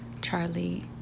Charlie